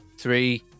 three